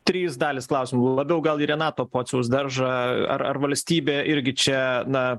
trys dalys klausimų labiau gal į renato pociaus daržą ar ar valstybė irgi čia na